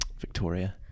victoria